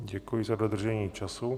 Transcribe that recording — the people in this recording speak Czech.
Děkuji za dodržení času.